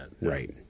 Right